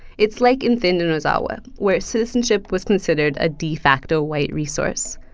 it's like in thind and ozawa, where citizenship was considered a de facto white resource.